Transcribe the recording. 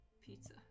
Pizza